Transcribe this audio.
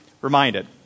reminded